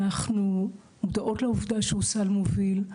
אנחנו גאות לעובדה שהוא סל מוביל,